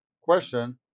question